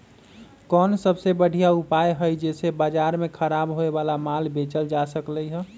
कोन सबसे बढ़िया उपाय हई जे से बाजार में खराब होये वाला माल बेचल जा सकली ह?